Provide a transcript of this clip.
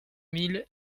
mille